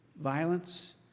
violence